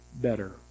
better